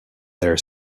their